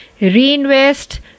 Reinvest